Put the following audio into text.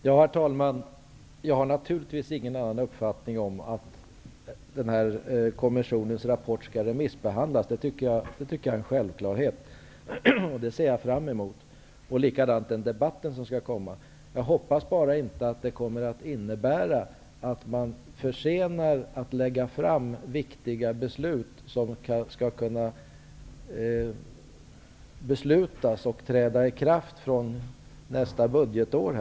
Herr talman! Jag har naturligtvis ingen annan uppfattning än att kommissionens rapport skall remissbehandlas. Det är en självklarhet. Det ser jag fram emot, liksom den debatt som skall komma. Jag hoppas bara att det inte kommer att innebära att man försenar att lägga fram förslag till viktiga ändringar som skall kunna beslutas och träda i kraft nästa budgetår.